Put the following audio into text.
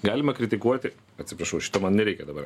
galima kritikuoti atsiprašau šito man nereikia dabar